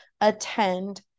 attend